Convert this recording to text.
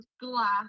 glass